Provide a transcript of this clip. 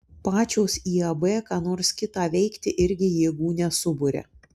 pačios iab ką nors kitą veikti irgi jėgų nesuburia